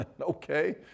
okay